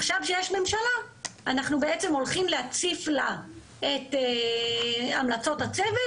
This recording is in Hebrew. עכשיו כשיש הממשלה אנחנו בעצם הולכים להציף לה את המלצות הצוות